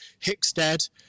Hickstead